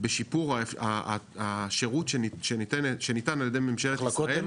בשיפור השירות שניתן על ידי ממשלת ישראל,